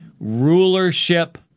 rulership